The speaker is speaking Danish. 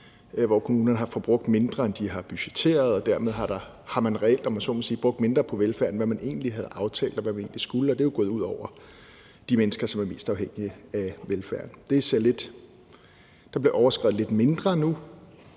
hvor kommunerne har forbrugt mindre, end de har budgetteret, og dermed har man reelt, om man så må sige, brugt mindre på velfærd, end hvad man egentlig havde aftalt, og hvad man egentlig skulle, og det er jo gået ud over de mennesker, som er mest afhængige af velfærd. Der bliver overskredet lidt mindre nu,